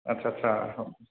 आदसा आदसा